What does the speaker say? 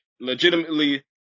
legitimately